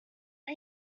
are